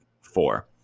four